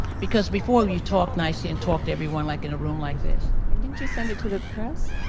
because before you talk nicely and talk to everyone, like in a room like this. and didn't you send it to the press?